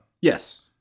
yes